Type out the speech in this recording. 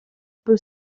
peu